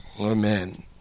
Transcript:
Amen